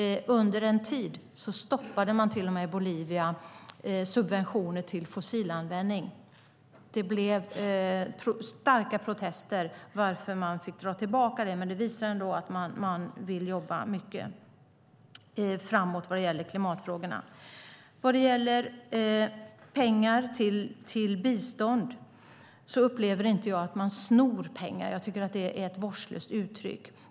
Under en tid stoppade man till och med i Bolivia subventioner till fossilanvändning. Det blev starka protester, varför man fick dra tillbaka det. Men det visar ändå att man vill jobba mycket framåt vad gäller klimatfrågorna. Vad gäller pengar till bistånd upplever inte jag att man snor pengar. Jag tycker att det är ett vårdslöst uttryck.